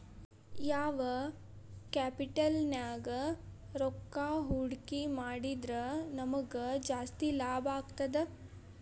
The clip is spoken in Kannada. ಯಾವ್ ಕ್ಯಾಪಿಟಲ್ ನ್ಯಾಗ್ ರೊಕ್ಕಾ ಹೂಡ್ಕಿ ಮಾಡಿದ್ರ ನಮಗ್ ಜಾಸ್ತಿ ಲಾಭಾಗ್ತದ?